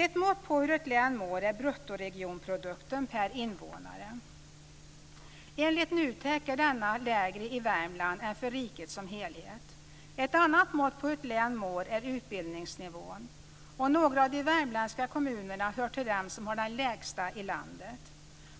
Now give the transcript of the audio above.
Ett mått på hur ett län mår är bruttoregionprodukten per invånare. Enligt NUTEK är denna lägre i Värmland än för riket som helhet. Ett annat mått på hur ett län mår är utbildningsnivån, och några av de värmländska kommunerna hör till dem som har den lägsta i landet.